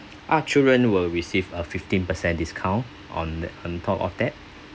ah children will receive a fifteen percent discount on on top of that